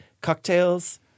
cocktails